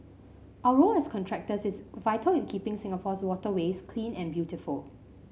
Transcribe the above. our role as contractors is vital in keeping Singapore's waterways clean and beautiful